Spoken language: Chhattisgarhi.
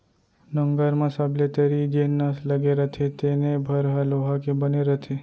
नंगर म सबले तरी जेन नस लगे रथे तेने भर ह लोहा के बने रथे